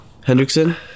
Hendrickson